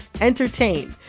entertain